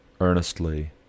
earnestly